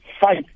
fight